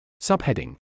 Subheading